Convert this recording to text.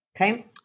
Okay